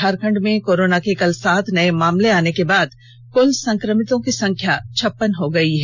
झारखंड में कोरोना के कल सात नये मामले आने के बाद कुल संक्रमितों की संख्या छप्पन हो गई है